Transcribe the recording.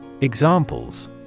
Examples